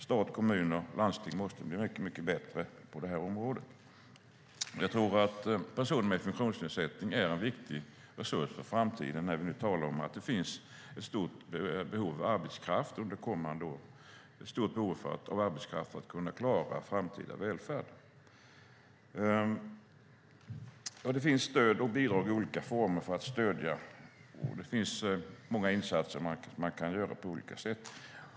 Stat, kommuner och landsting måste bli mycket bättre på det här området. Personer med funktionsnedsättning är en viktig resurs för framtiden, när vi nu talar om att det finns ett stort behov av arbetskraft under kommande år för att kunna klara framtida välfärd. Det finns stöd och bidrag i olika former, och det finns många insatser man kan göra på olika sätt.